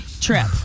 trip